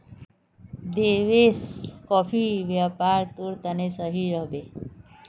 देवेश, कॉफीर व्यापार तोर तने सही रह बे